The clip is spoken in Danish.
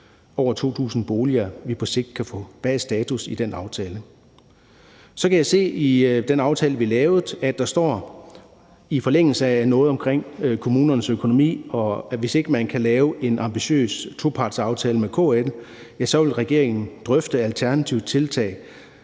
over 2.000 boliger, vi på sigt kan få. Hvad er status i den aftale? Så kan jeg se i den aftale, vi lavede, at der i forlængelse af noget omkring kommunernes økonomi står, at hvis ikke man kan lave en ambitiøs topartsaftale med KL, vil regeringen drøfte alternative tiltag